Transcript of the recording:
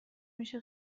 میشه